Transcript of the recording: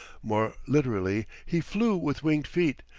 more literally, he flew with winged feet,